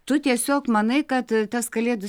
tu tiesiog manai kad tas kalėdų